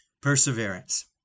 perseverance